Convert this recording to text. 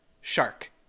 shark